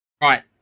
Right